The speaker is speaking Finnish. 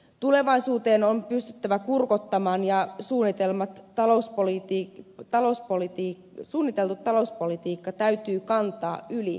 tulevaisuuteen on pystyttävä kurkottamaan ja suunnitellun talouspolitiikan täytyy kantaa yli vaalikausien